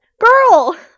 girl